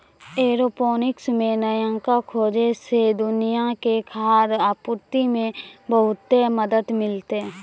aeroponics मे नयका खोजो से दुनिया के खाद्य आपूर्ति मे बहुते मदत मिलतै